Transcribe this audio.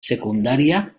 secundària